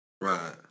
Right